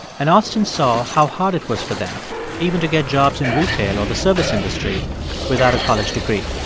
and austin saw how hard it was for them even to get jobs in retail or the service industry without a college degree.